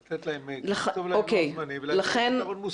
לתת להם לוח זמנים לפתרון.